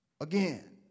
again